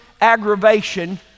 aggravation